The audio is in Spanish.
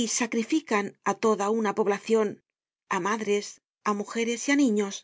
y sacrifican á toda una poblacion á madres á mujeres y á niños